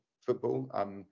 football